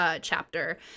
chapter